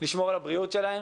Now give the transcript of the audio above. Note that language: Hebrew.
לשמור על הבריאות שלהם,